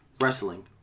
wrestling